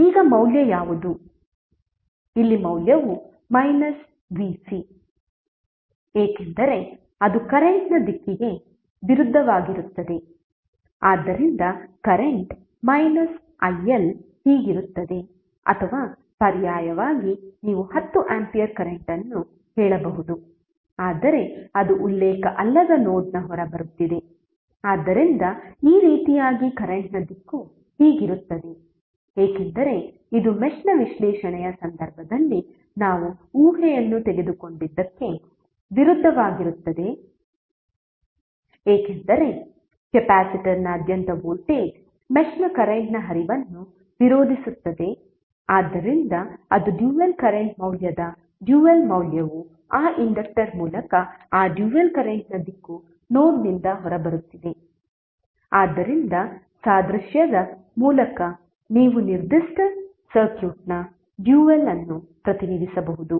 ಈಗ ಮೌಲ್ಯ ಯಾವುದು ಇಲ್ಲಿ ಮೌಲ್ಯವು Vc ಏಕೆಂದರೆ ಅದು ಕರೆಂಟ್ನ ದಿಕ್ಕಿಗೆ ವಿರುದ್ಧವಾಗಿರುತ್ತದೆ ಆದ್ದರಿಂದ ಕರೆಂಟ್ iL ಹೀಗಿರುತ್ತದೆ ಅಥವಾ ಪರ್ಯಾಯವಾಗಿ ನೀವು 10 ಆಂಪಿಯರ್ ಕರೆಂಟ್ ಅನ್ನು ಹೇಳಬಹುದು ಆದರೆ ಅದು ಉಲ್ಲೇಖ ಅಲ್ಲದ ನೋಡ್ನ ಹೊರಬರುತ್ತಿದೆ ಆದ್ದರಿಂದ ಈ ರೀತಿಯಾಗಿ ಕರೆಂಟ್ನ ದಿಕ್ಕು ಹೀಗಿರುತ್ತದೆ ಏಕೆಂದರೆ ಇದು ಮೆಶ್ನ ವಿಶ್ಲೇಷಣೆಯ ಸಂದರ್ಭದಲ್ಲಿ ನಾವು ಊಹೆಯನ್ನು ತೆಗೆದುಕೊಂಡದ್ದಕ್ಕೆ ವಿರುದ್ಧವಾಗಿರುತ್ತದೆ ಏಕೆಂದರೆ ಕೆಪಾಸಿಟರ್ನಾದ್ಯಂತ ವೋಲ್ಟೇಜ್ ಮೆಶ್ನ ಕರೆಂಟ್ನ ಹರಿವನ್ನು ವಿರೋಧಿಸುತ್ತದೆ ಆದ್ದರಿಂದ ಅದು ಡ್ಯುಯಲ್ ಕರೆಂಟ್ ಮೌಲ್ಯದ ಡ್ಯುಯಲ್ ಮೌಲ್ಯವು ಆ ಇಂಡಕ್ಟರ್ ಮೂಲಕ ಆ ಡ್ಯುಯಲ್ ಕರೆಂಟ್ನ ದಿಕ್ಕು ನೋಡ್ನಿಂದ ಹೊರಬರುತ್ತಿದೆ ಆದ್ದರಿಂದ ಸಾದೃಶ್ಯದ ಮೂಲಕ ನೀವು ನಿರ್ದಿಷ್ಟ ಸರ್ಕ್ಯೂಟ್ನ ಡ್ಯುಯಲ್ ಅನ್ನು ಪ್ರತಿನಿಧಿಸಬಹುದು